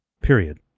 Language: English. period